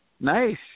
Nice